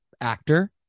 actor